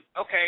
okay